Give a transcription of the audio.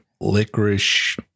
licorice